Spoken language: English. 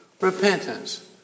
repentance